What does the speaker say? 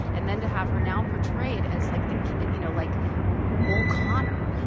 and then to have her now portray it as like the you know, like bull connor.